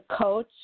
coach